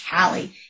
Callie